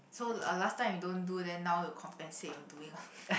so uh last time you don't do then now you compensate you doing